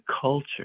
culture